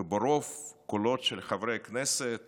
וברוב קולות של חברי כנסת